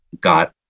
got